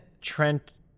Trent